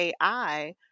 AI